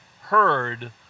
heard